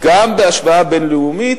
גם בהשוואה בין-לאומית,